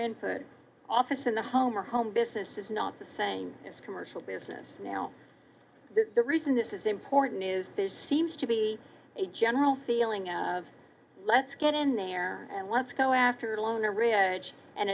in office in the home or home business is not the same as commercial business now the reason this is important is there's seems to be a general feeling of let's get in there and let's go after the loner ridge and